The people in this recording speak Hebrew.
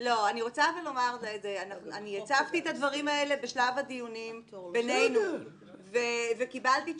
אני הצבתי את הדברים האלה בשלב הדיונים בינינו וקיבלתי תשובה.